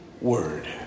word